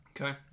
Okay